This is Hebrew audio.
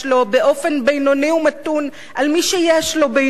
באופן בינוני ומתון על מי שיש לו בינוני,